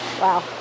Wow